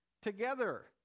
together